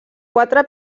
quatre